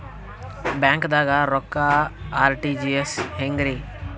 ಬ್ಯಾಂಕ್ದಾಗ ರೊಕ್ಕ ಆರ್.ಟಿ.ಜಿ.ಎಸ್ ಹೆಂಗ್ರಿ?